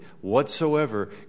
whatsoever